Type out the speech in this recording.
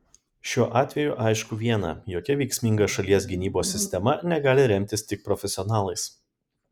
šiuo atveju aišku viena jokia veiksminga šalies gynybos sistema negali remtis tik profesionalais